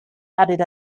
added